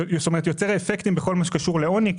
וזה יוצר אפקטים בכל מה שקשור לעוני.